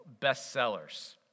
bestsellers